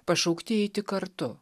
pašaukti eiti kartu